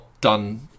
done